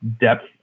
depth